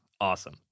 Awesome